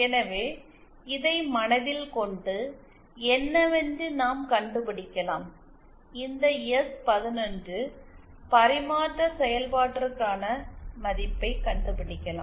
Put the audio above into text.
எனவே இதை மனதில் கொண்டு என்னவென்று நாம் கண்டுபிடிக்கலாம் இந்த எஸ் 11 பரிமாற்ற செயல்பாட்டிற்கான மதிப்பைக் கண்டுபிடிக்கலாம்